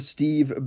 Steve